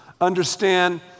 understand